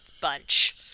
bunch